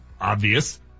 obvious